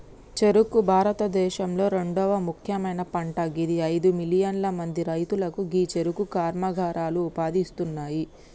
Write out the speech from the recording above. చెఱుకు భారతదేశంలొ రెండవ ముఖ్యమైన పంట గిది అయిదు మిలియన్ల మంది రైతులకు గీ చెఱుకు కర్మాగారాలు ఉపాధి ఇస్తున్నాయి